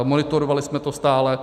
Monitorovali jsme to stále.